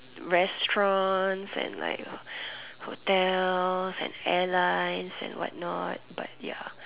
restaurant and like hotel and airlines and what not but ya